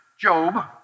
Job